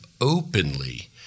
openly